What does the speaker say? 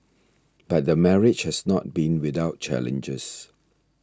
but the marriage has not been without challenges